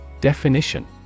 Definition